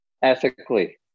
Ethically